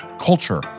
culture